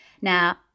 Now